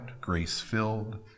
grace-filled